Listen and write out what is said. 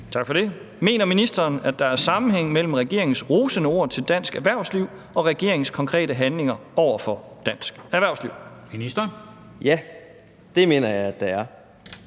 Tak for det. Mener ministeren, at der er sammenhæng mellem regeringens rosende ord til dansk erhvervsliv og regeringens konkrete handlinger over for dansk erhvervsliv? Kl. 13:42 Formanden